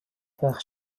байх